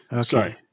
Sorry